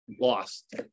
lost